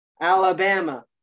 Alabama